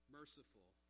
merciful